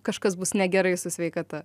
kažkas bus negerai su sveikata